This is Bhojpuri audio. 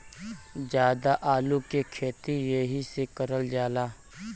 जादा आलू के खेती एहि से करल जाला